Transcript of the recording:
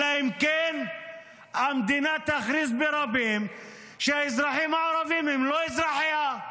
אלא אם כן המדינה תכריז ברבים שהאזרחים הערבים הם לא אזרחיה.